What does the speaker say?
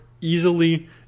easily